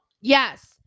yes